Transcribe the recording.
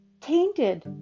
tainted